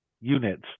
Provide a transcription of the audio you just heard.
units